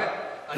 אני רוצה,